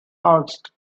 asked